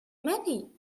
many